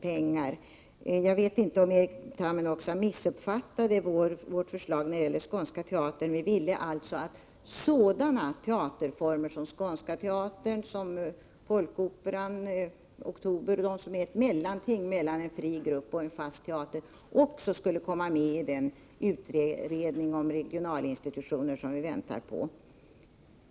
pengar. Jag vet inte om Erkki Tammenoksa missuppfattat vårt förslag när det gäller Skånska teatern. Vi ville att en sådan teaterform som Skånska teatern, Folkoperan och Oktober, alltså de som är ett mellanting mellan en fri grupp och en fast teater, också skulle komma med i den utredning om regionala institutioner som vi väntar på.